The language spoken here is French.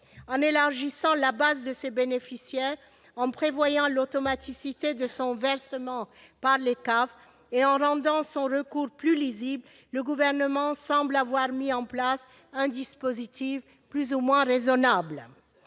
En élargissant la base des bénéficiaires de cette prime, en prévoyant l'automaticité de son versement par les CAF et en rendant son recours plus lisible, le Gouvernement semble avoir mis en place un dispositif plus ou moins raisonnable.